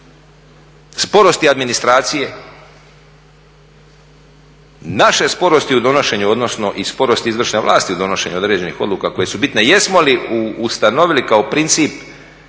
sporosti administracije, naše sporosti u donošenju, odnosno i sporosti izvršne vlasti u donošenju određenih odluka koje su bitne, jesmo li ustanovili kao princip